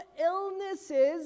illnesses